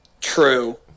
True